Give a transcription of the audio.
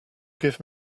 give